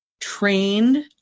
trained